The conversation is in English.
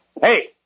Hey